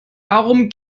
darum